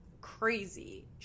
crazy